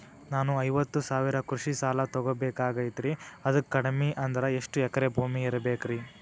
ನಾನು ಐವತ್ತು ಸಾವಿರ ಕೃಷಿ ಸಾಲಾ ತೊಗೋಬೇಕಾಗೈತ್ರಿ ಅದಕ್ ಕಡಿಮಿ ಅಂದ್ರ ಎಷ್ಟ ಎಕರೆ ಭೂಮಿ ಇರಬೇಕ್ರಿ?